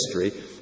history